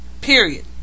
Period